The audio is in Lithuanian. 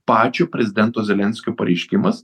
pačio prezidento zelenskio pareiškimas